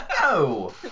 No